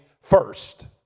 first